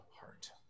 heart